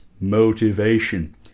motivation